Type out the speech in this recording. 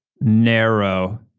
narrow